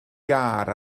iâr